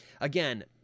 Again